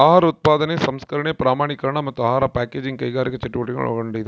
ಆಹಾರ ಉತ್ಪಾದನೆ ಸಂಸ್ಕರಣೆ ಪ್ರಮಾಣೀಕರಣ ಮತ್ತು ಆಹಾರ ಪ್ಯಾಕೇಜಿಂಗ್ ಕೈಗಾರಿಕಾ ಚಟುವಟಿಕೆಗಳನ್ನು ಒಳಗೊಂಡಿದೆ